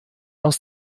aus